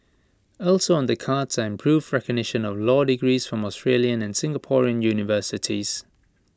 also on the cards are improved recognition of law degrees from Australian and Singaporean universities